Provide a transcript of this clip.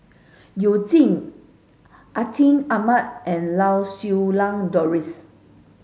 You Jin Atin Amat and Lau Siew Lang Doris